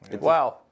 Wow